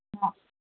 हा